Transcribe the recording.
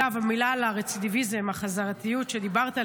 אגב, מילה על הרצידיביזם, החזרתיות, שדיברת עליה.